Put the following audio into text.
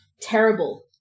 terrible